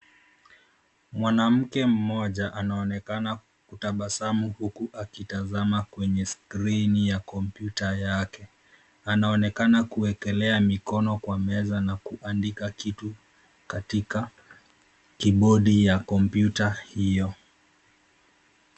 Mwanamke mmoja anaonekana kutabasamu huku akitazama kwenye skirini ya kompyuta yake. Anaonekana kuwekelea mikono kwa meza na kuandika kitu katika kibodi ya kompyuta hio.